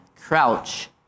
Crouch